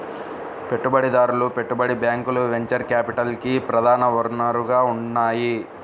పెట్టుబడిదారులు, పెట్టుబడి బ్యాంకులు వెంచర్ క్యాపిటల్కి ప్రధాన వనరుగా ఉన్నాయి